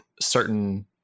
certain